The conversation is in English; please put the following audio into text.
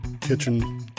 kitchen